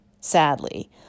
sadly